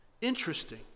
Interesting